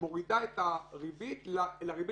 מי שגובים ממנו את הריבית פיגורים,